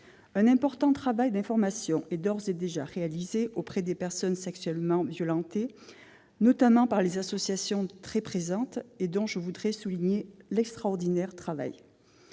Un important travail d'information est d'ores et déjà mené auprès des personnes sexuellement violentées, notamment par les associations, qui sont très présentes et dont je tiens à souligner l'extraordinaire travail.